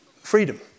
freedom